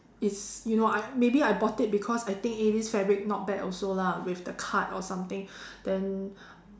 it's you know maybe I I bought it cause I think it is fabric not bad also lah with the cut or something then